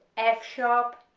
f sharp,